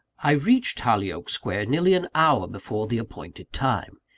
i reached hollyoake square nearly an hour before the appointed time.